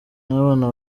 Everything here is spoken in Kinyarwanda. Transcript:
n’abana